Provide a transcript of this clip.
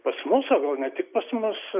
pas mus o gal ne tik pas mus